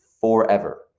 forever